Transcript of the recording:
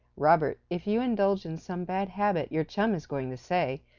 robert, if you indulge in some bad habit your chum is going to say,